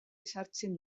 ezartzen